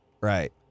Right